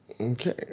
Okay